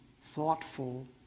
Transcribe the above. thoughtful